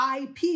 IP